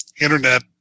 internet